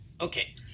okay